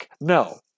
No